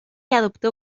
adoptó